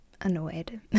annoyed